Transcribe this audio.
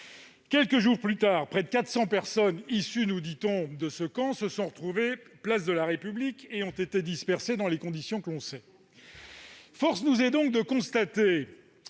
Quelques jours plus tard, près de 400 personnes issues de ce camp- nous dit-on -se sont retrouvées sur la place de la République et ont été dispersées dans les conditions que l'on sait. Force est donc de constater